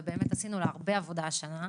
ובאמת עשינו לה הרבה עבודה השנה.